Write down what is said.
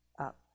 up